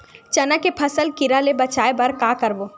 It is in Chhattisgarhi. चना के फसल कीरा ले बचाय बर का करबो?